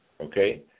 Okay